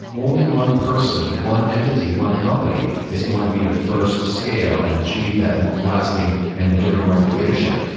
only one person, one entity, one company, is going to be the first to scale and achieve that lasting and enduring market leadership.